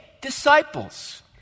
disciples